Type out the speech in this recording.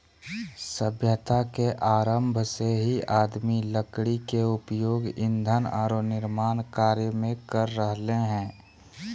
सभ्यता के आरंभ से ही आदमी लकड़ी के उपयोग ईंधन आरो निर्माण कार्य में कर रहले हें